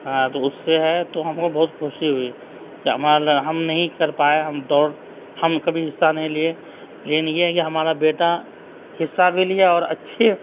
ہاں تو اس سے ہے تو ہم کو بہت خوشی ہوئی کہ ہمارا لڑکا ہم نہیں کر پائے ہم دوڑ ہم کبھی حصّہ نہیں لیے لیکن یہ ہے کہ ہمارا بیٹا حصّہ بھی لیا اور اچّھے